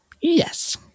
Yes